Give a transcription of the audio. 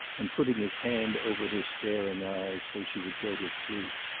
and putting his hand over her staring eyes so she would go to sleep.